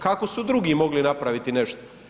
Kako su drugi mogli napraviti nešto?